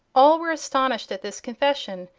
all were astonished at this confession,